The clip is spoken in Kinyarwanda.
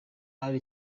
hari